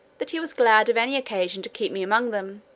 that he was glad of any occasion to keep me among them,